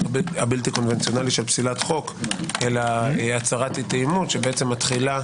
הבלתי קונבנציונלי של פסילת חוק אלא הצהרת אי תאימות שמתחילה